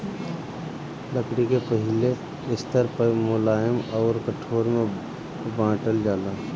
लकड़ी के पहिले स्तर पअ मुलायम अउर कठोर में बांटल जाला